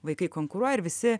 vaikai konkuruoja ir visi